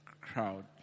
crowd